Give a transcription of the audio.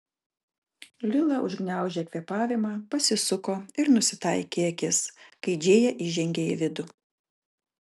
lila užgniaužė kvėpavimą pasisuko ir nusitaikė į akis kai džėja įžengė į vidų